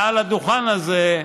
מעל הדוכן הזה,